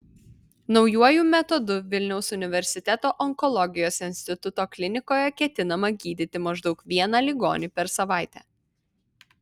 naujuoju metodu vilniaus universiteto onkologijos instituto klinikoje ketinama gydyti maždaug vieną ligonį per savaitę